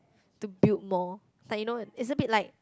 to build more like you know it's a bit like